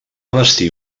vestir